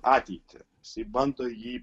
ateitį jisai bando jį